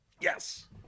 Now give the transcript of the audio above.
Yes